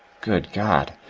good god!